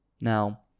Now